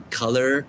color